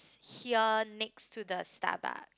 here next to the Starbucks